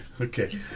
okay